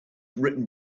written